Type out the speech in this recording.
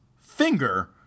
finger